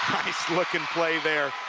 nice-looking play there.